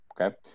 okay